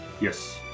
Yes